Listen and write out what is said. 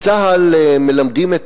בצה"ל מלמדים את